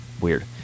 Weird